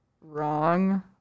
wrong